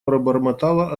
пробормотала